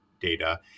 data